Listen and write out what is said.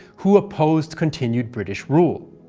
who opposed continued british rule.